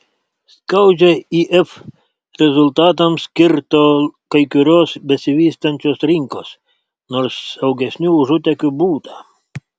skaudžiai if rezultatams kirto kai kurios besivystančios rinkos nors saugesnių užutėkių būta